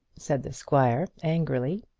said the squire, angrily.